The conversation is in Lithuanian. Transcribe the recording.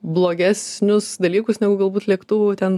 blogesnius dalykus negu galbūt lėktuvų ten